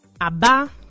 Aba